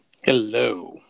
Hello